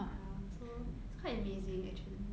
ya so it's quite amazing actually